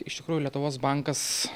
iš tikrųjų lietuvos bankas